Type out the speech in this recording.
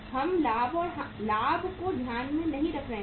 हम लाभ को ध्यान में नहीं रख रहे हैं